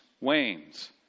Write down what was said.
wanes